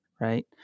right